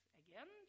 again